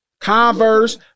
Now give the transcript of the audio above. Converse